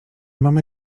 mamy